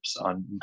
on